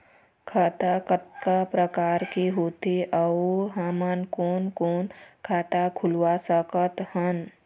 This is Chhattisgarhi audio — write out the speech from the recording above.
खाता कतका प्रकार के होथे अऊ हमन कोन कोन खाता खुलवा सकत हन?